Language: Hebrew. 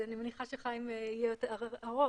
אני מניחה שחיים יהיה יותר ארוך.